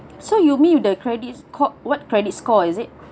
so you mean with the credits called what credit score is it